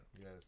Yes